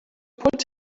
put